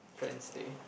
friends stay